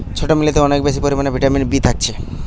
ছোট্ট মিলেতে অনেক বেশি পরিমাণে ভিটামিন বি থাকছে